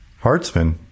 Hartzman